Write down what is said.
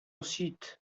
ensuite